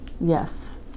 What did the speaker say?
Yes